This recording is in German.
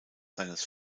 seines